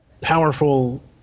powerful